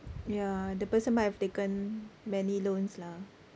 ya the person might have taken many loans lah